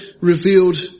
revealed